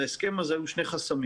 להסכם הזה היו שני חסמים.